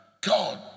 God